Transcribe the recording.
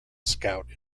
scout